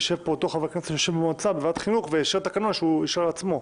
יישב פה אותו חבר כנסת בוועדת החינוך ויאשר תקנון שהוא אישר לעצמו.